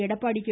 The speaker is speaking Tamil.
எடப்பாடி கே